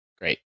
Great